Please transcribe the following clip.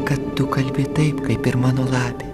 kad tu kalbi taip kaip ir mano lapė